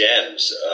gems